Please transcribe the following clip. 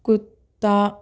کتا